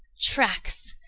tracks!